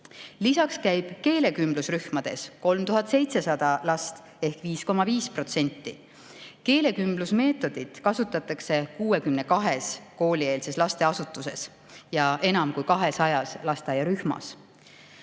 Lisaks käib keelekümblusrühmades 3700 last ehk 5,5%. Keelekümblusmeetodit kasutatakse 62 koolieelses lasteasutuses ja enam kui 200 lasteaiarühmas.